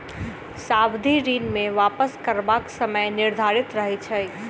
सावधि ऋण मे वापस करबाक समय निर्धारित रहैत छै